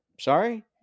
sorry